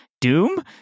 doom